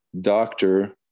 doctor